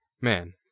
Man